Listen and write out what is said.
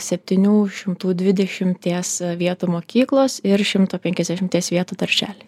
septynių šimtų dvidešimties vietų mokyklos ir šimto penkiasdešimties vietų darželį